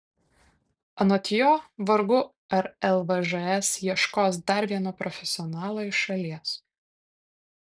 anot jo vargu ar lvžs ieškos dar vieno profesionalo iš šalies